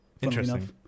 Interesting